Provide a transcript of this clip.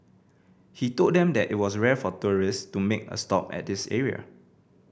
he told them that it was rare for tourist to make a stop at this area